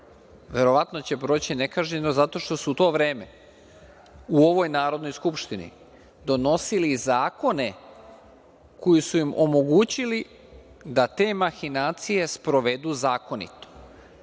verovatno će proći nekažnjeno zato što su u to vreme u ovoj Narodnoj skupštini donosili zakone koji su im omogućili da te mahinacije sprovede zakonito,